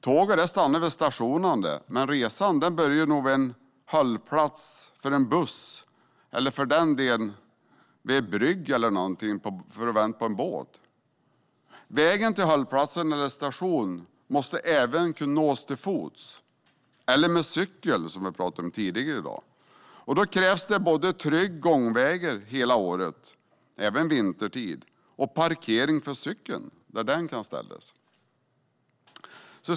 Tåget stannar vid stationen, men resan börjar nog vid en hållplats för en buss eller för den delen vid en brygga där man väntar på en båt. Hållplatsen eller stationen måste kunna nås även till fots - eller med cykel, som vi har talat om tidigare i dag. Då krävs det både trygga gångvägar hela året, även vintertid, och parkeringar där cyklar kan ställas.